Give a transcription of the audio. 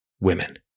women